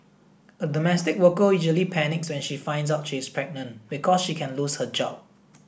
a domestic worker usually panics when she finds out she is pregnant because she can lose her job